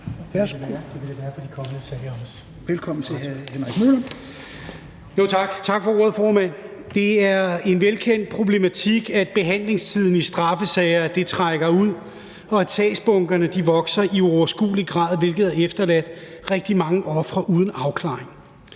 Værsgo. Kl. 15:54 (Ordfører) Henrik Møller (S): Tak for ordet, formand. Det er en velkendt problematik, at behandlingstiden i straffesager trækker ud, og at sagsbunkerne vokser i uoverskuelig grad, hvilket har efterladt rigtig mange ofre uden afklaring.